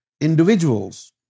individuals